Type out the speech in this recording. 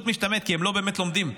כי הם לא באמת לומדים.